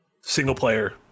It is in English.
single-player